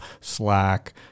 Slack